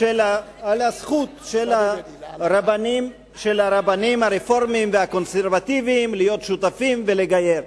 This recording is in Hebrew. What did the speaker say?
של הרבנים הרפורמים והקונסרבטיבים להיות שותפים ולגייר.